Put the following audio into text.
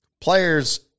Players